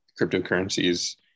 cryptocurrencies